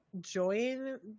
join